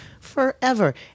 forever